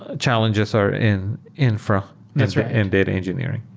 ah challenges are in infra and data engineering.